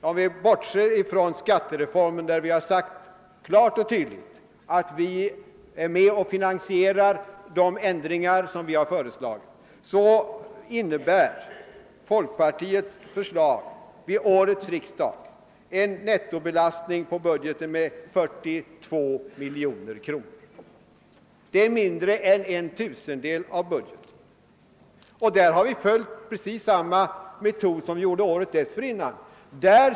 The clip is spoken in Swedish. Om vi bortser från skattereformen, där vi klart och tydligt sagt att vi är med och finansierar de ändringar som vi föreslagit, så innebär folkpartiets förslag vid årets riksdag en nettobelastning på budgeten med 42 miljoner kronor. Det är mindre än en tusendedel av budgeten. Och där har vi följt samma metod som föregående år.